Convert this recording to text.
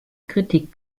kritik